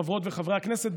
חברות וחברי הכנסת,